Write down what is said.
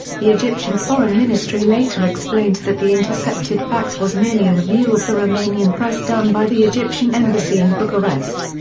the egyptian foreign ministry later explained that the intercepted fax was merely a review of the romanian press done by the egyptian embassy in bucharest.